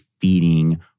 feeding